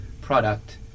product